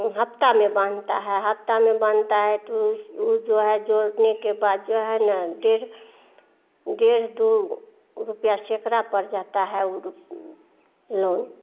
हफ्ता में बांधता है हफ्ता में बांधता है तो जो है जोड़ने के बाद जो है ना डेढ़ डेढ़ दो रुपया सैकड़ा पड़ जाता है लोन तो